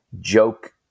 joke